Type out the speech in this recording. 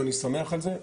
ואני שמח על זה,